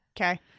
Okay